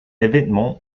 événement